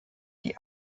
die